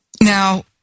Now